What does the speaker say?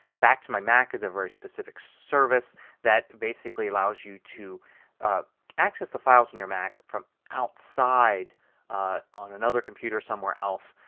back to my mac is a very specific service that basically allows you to access the files on your mac from outside on another computer somewhere else.